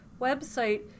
website